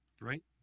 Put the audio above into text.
Right